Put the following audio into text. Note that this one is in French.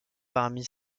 parmi